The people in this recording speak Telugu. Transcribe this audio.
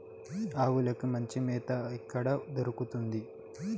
ఆవులకి మంచి మేత ఎక్కడ దొరుకుతుంది?